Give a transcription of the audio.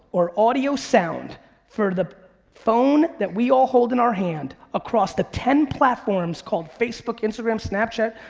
or audio sound for the phone that we all hold in our hand across the ten platforms called facebook, instagram, snapchat,